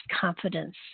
confidence